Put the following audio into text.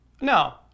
No